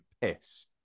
piss